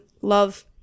love